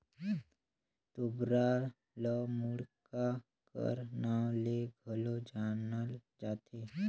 तोबरा ल मुड़क्का कर नाव ले घलो जानल जाथे